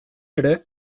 ere